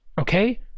okay